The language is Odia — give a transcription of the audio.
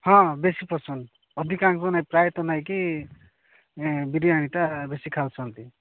ହଁ ବେଶୀ ପସନ୍ଦ ଅଧିକାଂଶ ନାହିଁ ପ୍ରାୟତଃ ନାଇଁକି ବିରିୟାନୀଟା ବେଶୀ ଖାଉଛନ୍ତି